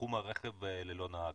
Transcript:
תחום הרכב ללא נהג.